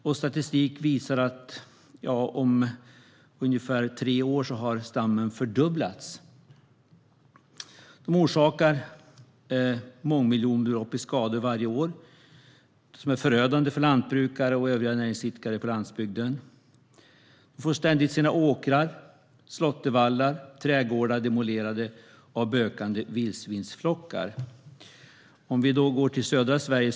Och statistik visar att stammen har fördubblats om ungefär tre år. Vildsvinen orsakar skador för mångmiljonbelopp varje år. Det är förödande för lantbrukare och övriga näringsidkare på landsbygden. De får ständigt sina åkrar, slåttervallar och trädgårdar demolerade av bökande vildsvinsflockar. Vi kan då gå till södra Sverige.